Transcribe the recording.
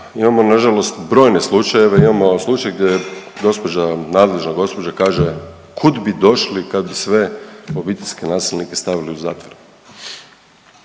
Imamo nažalost brojne slučajeve, imamo slučaj gdje je gospođa, nadležna gospođa kaže kud bi došli kad bi sve obiteljske nasilnike stavili u zatvor.